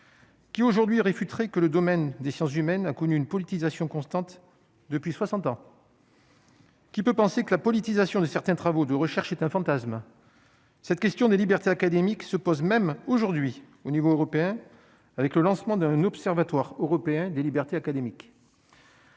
Qui aujourd'hui aurait pu très que le domaine des sciences humaines, a connu une politisation constante depuis 60 ans. Qui peut penser que la politisation de certains travaux de recherche est un fantasme. Cette question des libertés académiques se pose même aujourd'hui au niveau européen, avec le lancement d'un observatoire européen des libertés académiques.